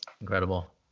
Incredible